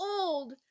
old